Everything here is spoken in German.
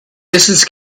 erstens